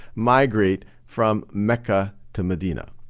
migrate from mecca to medina.